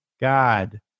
God